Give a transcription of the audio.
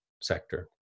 sector